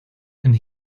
and